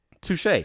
Touche